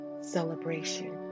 celebration